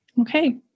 Okay